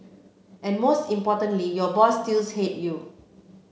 and most importantly your boss still hates you